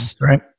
Right